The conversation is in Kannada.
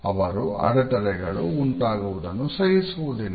ಅವರು ಅಡೆತಡೆಗಳು ಉಂಟಾಗುವುದನ್ನು ಸಹಿಸುವುದಿಲ್ಲ